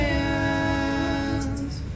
hands